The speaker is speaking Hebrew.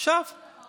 לא צריך לעשות